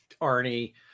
Arnie